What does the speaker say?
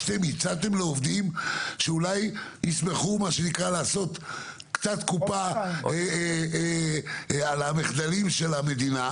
הצעתם לעובדים שאולי ישמחו לעשות קצת קופה על המחדלים של המדינה?